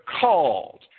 called